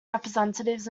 representatives